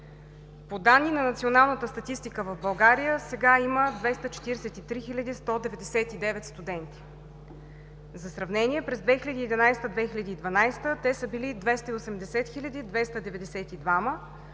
По данни на Националната статистика в България сега има 243 хил. 199 студенти. За сравнение през 2011 г. – 2012 г., те са били 280